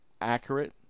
accurate